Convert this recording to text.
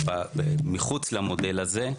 מחוץ למודל הזה.